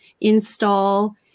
install